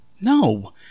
No